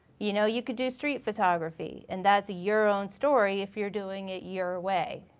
you know, you can do street photography and that's your own story if you're doing it your way.